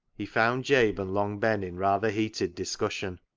he found jabe and long ben in rather heated discussion.